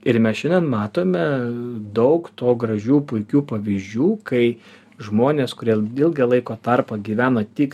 ir mes šiandien matome daug to gražių puikių pavyzdžių kai žmonės kurie ilgą laiko tarpą gyvena tik